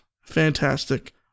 fantastic